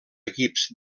equips